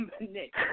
Nick